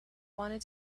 wanted